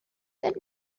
that